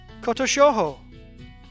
Kotoshoho